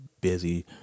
busy